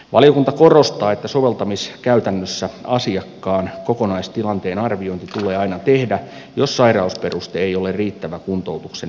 valiokunta korostaa että soveltamiskäytännössä asiakkaan kokonaistilanteen arviointi tulee aina tehdä jos sairausperuste ei ole riittävä kuntoutuksen myöntämiseen